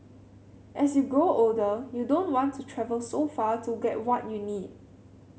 as you grow older you don't want to travel so far to get what you need